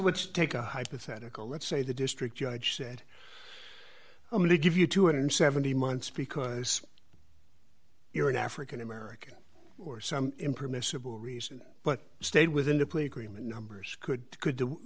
let's take a hypothetical let's say the district judge said i'm going to give you two hundred and seventy months because you're an african american or some impermissible reason but stayed within the plea agreement numbers could could do